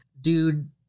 Dude